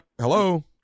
Hello